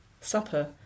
supper